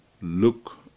look